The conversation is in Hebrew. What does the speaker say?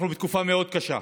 אנחנו בתקופה מאוד קשה.